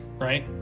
right